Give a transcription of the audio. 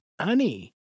honey